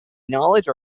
knowledge